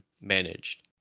managed